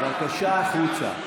(חבר הכנסת דוד אמסלם יוצא מאולם המליאה.) בבקשה החוצה.